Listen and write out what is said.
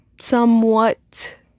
somewhat